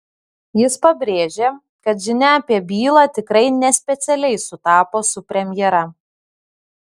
jis pabrėžė kad žinia apie bylą tikrai ne specialiai sutapo su premjera